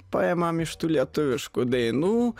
paimam iš tų lietuviškų dainų